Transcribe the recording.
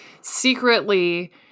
secretly